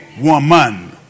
woman